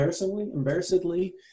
embarrassingly